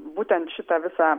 būtent šitą visą